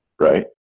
right